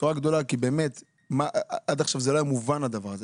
זו בשורה גדולה כי באמת עד עכשיו לא היה מובן הדבר הזה,